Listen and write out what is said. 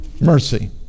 mercy